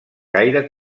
gaire